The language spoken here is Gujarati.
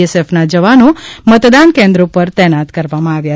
એસએફસ ના જવાનો મતદાન કેન્દ્રો પર તૈનાત કરવામાં આવ્યા છે